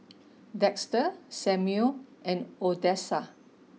Dexter Samuel and Odessa